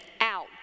out